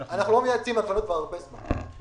אנחנו לא מייצאים עגבניות כבר זמן רב.